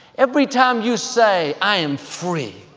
every time you say, i am free.